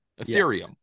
Ethereum